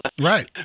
right